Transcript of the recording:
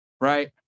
right